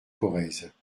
corrèze